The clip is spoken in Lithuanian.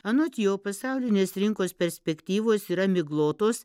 anot jo pasaulinės rinkos perspektyvos yra miglotos